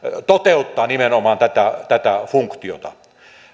toteuttaa nimenomaan tätä tätä funktiota